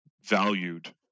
valued